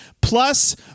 plus